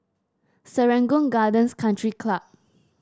Serangoon Gardens Country Club